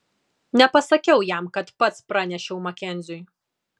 nepasakiau jam kad pats pranešiau makenziui